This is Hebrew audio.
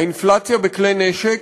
האינפלציה בכלי נשק,